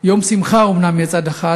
יום שמחה מצד אחד,